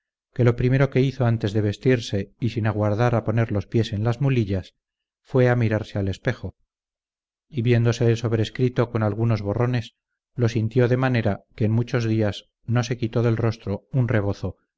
mujer que lo primero que hizo antes de vestirse y sin aguardar a poner los pies en las mulillas fué a mirarse al espejo y viéndose el sobrescrito con algunos borrones lo sintió de manera que en muchos días no se quitó del rostro un rebozo